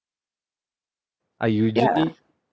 are you twenty